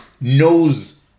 knows